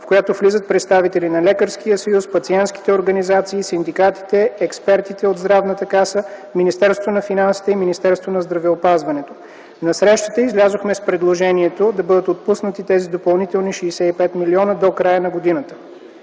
в която влизат представители на Лекарския съюз, пациентските организации, синдикатите, експертите от Здравната каса, Министерството на финансите и Министерството на здравеопазването. На срещата излязохме с предложението да бъдат отпуснати тези допълнителни 65 млн. лв. до края на годината.